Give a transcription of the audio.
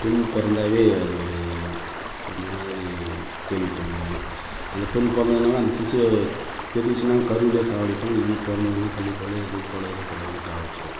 பெண் பிறந்தாவே அது ஒரு ஒரு மாதிரி கேலி பண்ணுவாங்க அந்த பெண் பிறந்துதுனாவே அந்த சிசுவை தெரிஞ்சுச்சினா கருவிலயே சாவடிப்பாங்க இல்லைனா பிறந்த உடனே கள்ளி பால் இந்த பால் ஏதோ பாலுன்னு சாகடிச்சிருவோம்